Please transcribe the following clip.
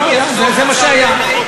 לא, זה מה שהיה.